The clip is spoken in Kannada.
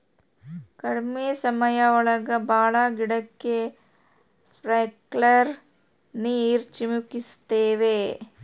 ಕಡ್ಮೆ ಸಮಯ ಒಳಗ ಭಾಳ ಗಿಡಕ್ಕೆ ಸ್ಪ್ರಿಂಕ್ಲರ್ ನೀರ್ ಚಿಮುಕಿಸ್ತವೆ